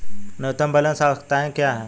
न्यूनतम बैलेंस आवश्यकताएं क्या हैं?